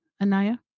Anaya